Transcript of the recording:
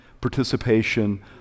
participation